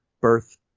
birth